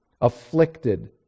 afflicted